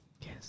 Yes